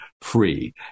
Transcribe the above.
free